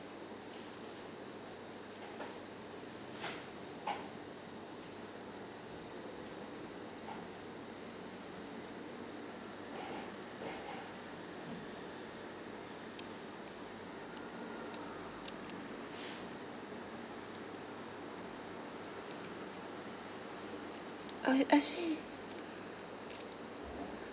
uh I see